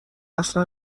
اصلا